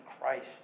Christ